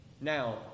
Now